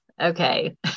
Okay